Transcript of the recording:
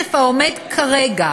הכסף העומד כרגע